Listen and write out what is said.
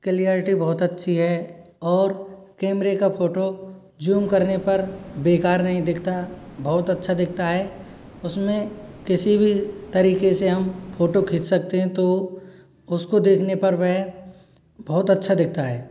clarity बहुत अच्छी है और कैमरे का फोटो जूम करने पर बेकार नहीं दिखता बहुत अच्छा दिखता है उसमें किसी भी तरीके से हम फोटो खींच सकते हैं तो उसको देखने पर वह बहुत अच्छा दिखता है